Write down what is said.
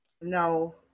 No